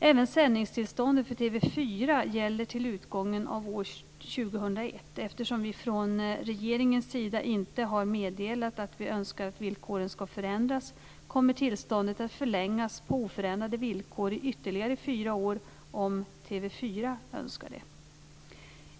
Även sändningstillståndet för TV 4 gäller till utgången av år 2001. Eftersom vi från regeringens sida inte har meddelat att vi önskar att villkoren ska förändras kommer tillståndet att förlängas på oförändrade villkor i ytterligare fyra år, om TV 4 önskar det.